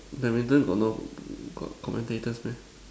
badminton got no got commentators meh